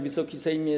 Wysoki Sejmie!